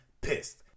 pissed